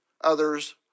others